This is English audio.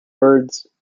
birds